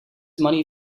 money